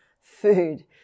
food